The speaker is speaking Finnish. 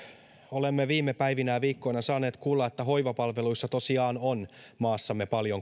olemme viime päivinä ja viikkoina saaneet kuulla että hoivapalveluissa on maassamme tosiaan paljon